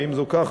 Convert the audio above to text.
ואם זה כך,